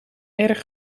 erg